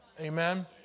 Amen